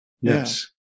Yes